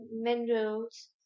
Minerals